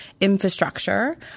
infrastructure